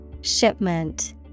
Shipment